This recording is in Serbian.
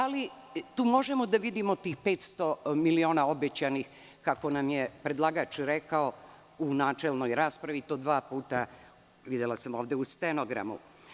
Da li tu možemo da vidimo tih 500 miliona, kako nam je predlagač rekao u načelnoj raspravi i to dva puta, videla sam ovde u stenogramu?